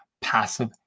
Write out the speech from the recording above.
passive